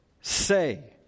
say